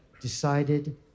decided